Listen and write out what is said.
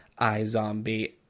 iZombie